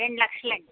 రెండు లక్షల అండి